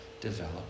develop